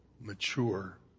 mature